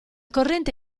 corrente